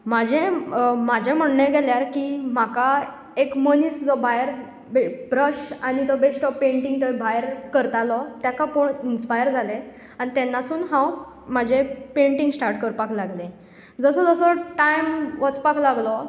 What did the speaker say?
माजें म्हजें म्हणणें जाल्यार की म्हाका एक मनीस जो भायर ब्रश आनी तो बेश्टो पँटींग थंय भायर करतालो ताका पळोवन इन्स्पायर जालें आनी तेन्नासून हांव म्हजें पँटींग स्टार्ट करपाक लागलें जसो जसो टायम वचपाक लागलो